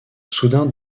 soudain